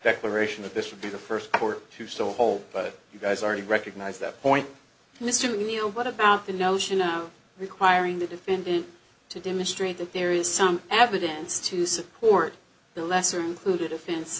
declaration that this would be the first port to so whole but you guys are really recognize that point mr neeld what about the notion of requiring the defendant to demonstrate that there is some evidence to support the lesser included offense